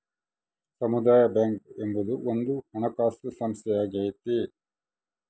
ಸಮುದಾಯ ಬ್ಯಾಂಕ್ ಎಂಬುದು ಒಂದು ಹಣಕಾಸು ಸಂಸ್ಥೆಯಾಗೈತೆ